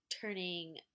Turning